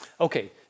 okay